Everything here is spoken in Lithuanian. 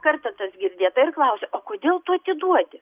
kartą tas girdėta ir klausia o kodėl tu atiduodi